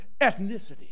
ethnicity